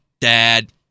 Dad